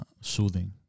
soothing